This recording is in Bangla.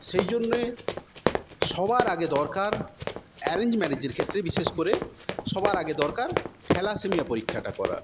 সেই জন্যে সবার আগে দরকার অ্যারেঞ্জ ম্যারেজের ক্ষেত্রে বিশেষ করে সবার আগে দরকার থ্যালাসেমিয়া পরীক্ষাটা করা